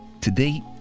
today